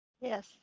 yes